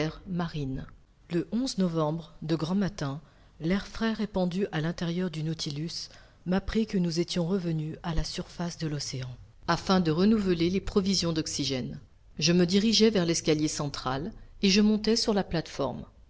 marine le novembre de grand matin l'air frais répandu à l'intérieur du nautilus m'apprit que nous étions revenus à la surface de l'océan afin de renouveler les provisions d'oxygène je me dirigeai vers l'escalier central et je montai sur la plate-forme